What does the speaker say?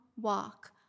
walk